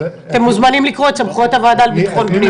אתם מוזמנים לקרוא את סמכויות הוועדה לביטחון הפנים.